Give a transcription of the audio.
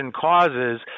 causes